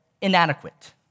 inadequate